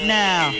now